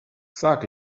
sag